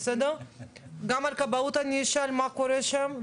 גם על כבאות אני אשאל מה קורה שם,